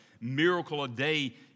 miracle-a-day